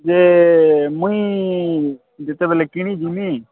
ଯେ ମୁଇଁ ଯେତେବେଳେ କିଣି ଜିମି